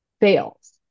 fails